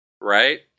right